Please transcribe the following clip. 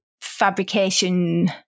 fabrication